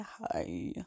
hi